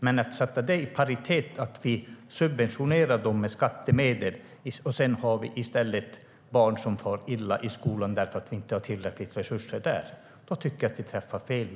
Men om vi sätter det i paritet med att subventionera dem med skattemedel när vi sedan får barn som far illa i skolan därför att det inte finns tillräckligt med resurser tycker jag att pengarna träffar fel.